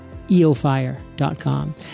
eofire.com